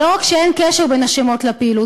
לא רק שאין קשר בין השמות לפעילות,